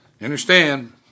Understand